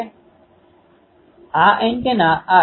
I એ એન્ટેનાને આપવામાં આવેલ પ્રવાહ છે